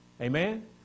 Amen